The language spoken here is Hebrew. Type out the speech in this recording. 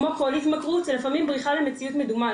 כמו כל התמכרות, זו בריחה למציאות מדומה.